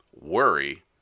worry